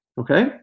Okay